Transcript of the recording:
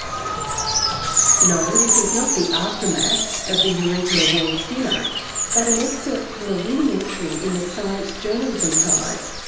um no, this is not the aftermath of the eureka awards dinner but an excerpt from the winning entry in the science journalism prize,